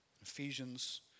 Ephesians